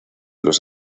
los